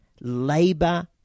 labor